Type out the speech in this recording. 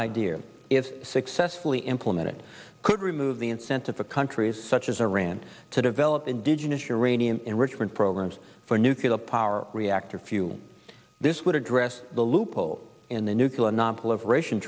idea if successfully implemented could remove the incentive for countries such as iran to develop indigenous uranium enrichment programs for nuclear power reactor fuel this would address the loophole in the nuclear nonproliferation